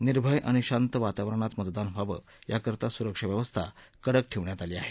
निर्भय आणि शांत वातावरणात मतदान व्हावं याकरता सुरक्षा व्यवस्था कडक ठेवण्यात आली आहे